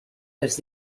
les